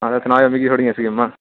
आं ते मिगी सनायो थुआढ़ियां स्कीमां